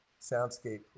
soundscape